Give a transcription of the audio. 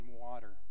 water